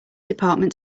department